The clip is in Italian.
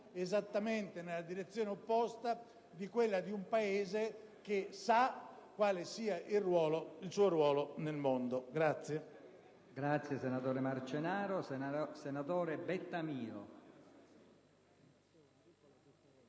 esattamente nella direzione opposta rispetto a quella di un Paese che sa quale sia il suo ruolo nel mondo.